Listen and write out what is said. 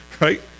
Right